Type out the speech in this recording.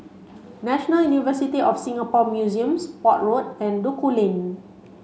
National University of Singapore Museums Port Road and Duku Lane